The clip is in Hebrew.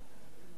אתה יודע,